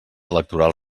electoral